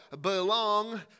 belong